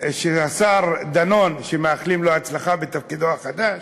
של השר דנון, ומאחלים לו הצלחה בתפקידו החדש,